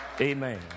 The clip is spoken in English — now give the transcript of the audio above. Amen